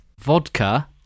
vodka